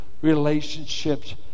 relationships